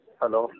Hello